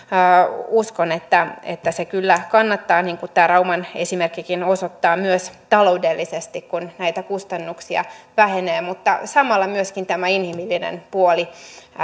uskon että että se kyllä kannattaa niin kuin tämä rauman esimerkkikin osoittaa myös taloudellisesti kun näitä kustannuksia vähenee mutta samalla myöskin paranee tämä inhimillinen puoli